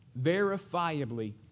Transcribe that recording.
verifiably